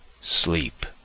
Sleep